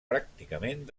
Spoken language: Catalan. pràcticament